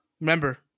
Remember